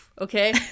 Okay